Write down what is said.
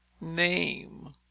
name